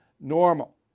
normal